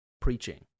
preaching